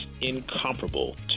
incomparable